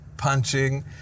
Punching